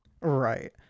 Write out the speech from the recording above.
right